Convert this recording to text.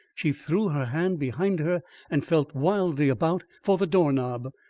she threw her hand behind her and felt wildly about for the door-knob.